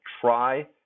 try